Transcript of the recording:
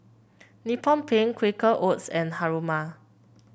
Nippon Paint Quaker Oats and Haruma